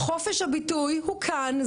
חופש הביטוי הוא כאן,